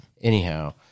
anyhow